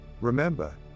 Remember